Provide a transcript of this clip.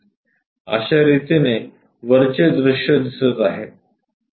अश्या रितीने वरचे दृश्य दिसत आहे